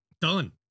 Done